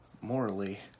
morally